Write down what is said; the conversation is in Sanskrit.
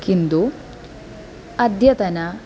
किन्तु अद्यतन